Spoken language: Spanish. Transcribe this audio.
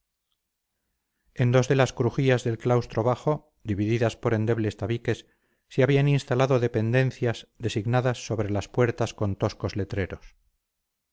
en dos de las crujías del claustro bajo divididas por endebles tabiques se habían instalado dependencias designadas sobre las puertas con toscos letreros